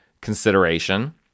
consideration